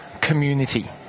community